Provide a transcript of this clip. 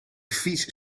fiets